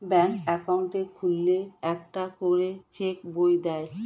ব্যাঙ্কে অ্যাকাউন্ট খুললে একটা করে চেক বই দেয়